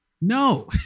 no